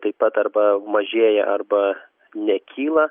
taip pat arba mažėja arba nekyla